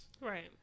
Right